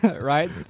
Right